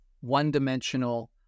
one-dimensional